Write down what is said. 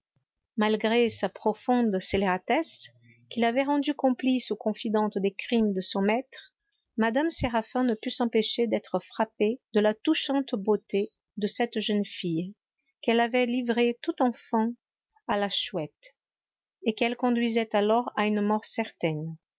malgré sa profonde scélératesse qui l'avait rendue complice ou confidente des crimes de son maître mme séraphin ne put s'empêcher d'être frappée de la touchante beauté de cette jeune fille qu'elle avait livrée tout enfant à la chouette et qu'elle conduisait alors à une mort certaine